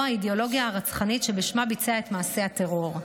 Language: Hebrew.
או האידיאולוגיה הרצחנית שבשמה ביצע את מעשה הטרור.